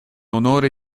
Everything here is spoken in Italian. onore